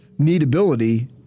needability